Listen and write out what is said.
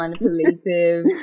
manipulative